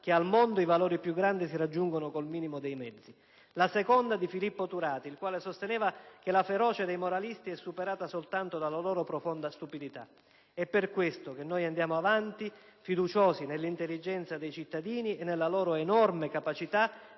che «al mondo i valori più grandi si raggiungono col minimo di mezzi». La seconda è di Filippo Turati, il quale sosteneva che «la ferocia dei moralisti è superata soltanto dalla loro profonda stupidità». È per questo che noi andiamo avanti, fiduciosi nell'intelligenza dei cittadini e nella loro enorme capacità